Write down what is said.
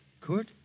Kurt